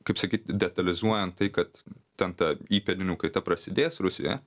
kaip sakyt detalizuojant tai kad ten ta įpėdinių kaita prasidės rusijoje